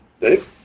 Dave